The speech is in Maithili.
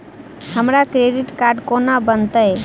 हमरा क्रेडिट कार्ड कोना बनतै?